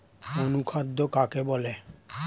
অনুখাদ্য কাকে বলে?